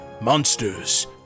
monsters